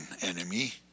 enemy